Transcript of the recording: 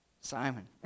Simon